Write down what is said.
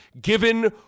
given